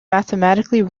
mathematically